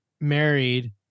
married